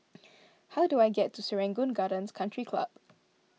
how do I get to Serangoon Gardens Country Club